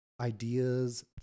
ideas